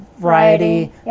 Variety